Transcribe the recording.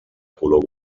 color